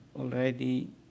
already